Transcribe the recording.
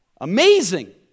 Amazing